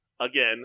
again